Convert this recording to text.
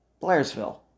blairsville